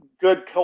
good